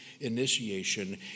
initiation